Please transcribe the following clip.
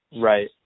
Right